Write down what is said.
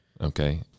Okay